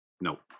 Nope